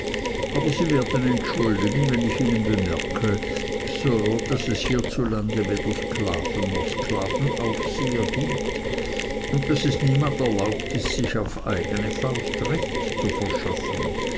aber sie werden entschuldigen wenn ich ihnen bemerke sir daß es hierzulande weder sklaven noch sklavenaufseher gibt und daß es niemand erlaubt ist sich auf eigene faust recht zu verschaffen